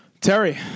Terry